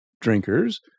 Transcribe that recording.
drinkers